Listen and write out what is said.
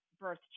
birth